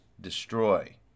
Destroy